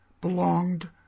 belonged